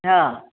हां